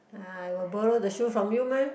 ah I will borrow the shoe from you mah